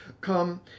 come